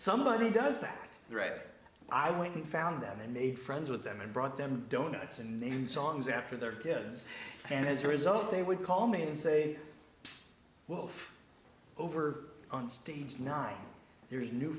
somebody does that read i went and found them and made friends with them and brought them donuts and new songs after their kids and as a result they would call me and say whoa over on stage nine there is new